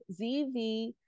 ZV